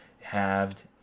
halved